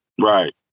Right